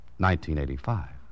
1985